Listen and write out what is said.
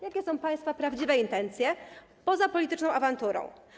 Jakie są państwa prawdziwe intencje poza polityczną awanturą?